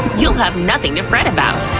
you'll have nothing to fret about.